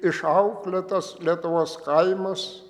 išauklėtas lietuvos kaimas